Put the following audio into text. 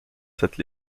cette